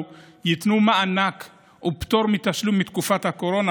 ייתנו מענק או פטור מתשלום בתקופת הקורונה.